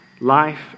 life